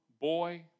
boy